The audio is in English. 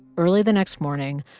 early the next morning,